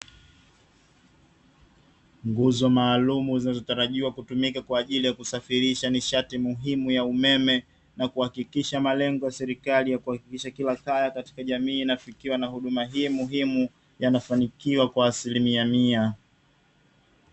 Nguzo maalumu vinazotarajiwa kutumika kwa ajili ya kusafirisha nishati muhimu ya umeme, na kuhakikisha malengo ya serikali ya kuhakikisha kila kaya katika jamii inafikiwa na huduma hii muhimu yanafaniikiwa kwa asilimia mia.